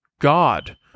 God